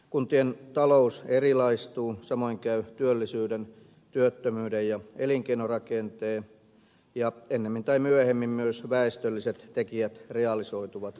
kuntien talous erilaistuu samoin käy työllisyyden työttömyyden ja elinkeinorakenteen ja ennemmin tai myöhemmin myös väestölliset tekijät realisoituvat kiihtyvällä vauhdilla